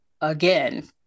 again